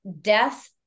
death